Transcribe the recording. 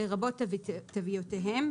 לרבות תוויותיהם,